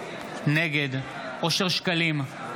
נגד אושר שקלים,